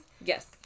Yes